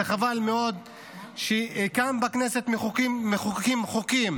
זה חבל מאוד שכאן בכנסת מחוקקים חוקים